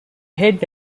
head